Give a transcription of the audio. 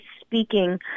speaking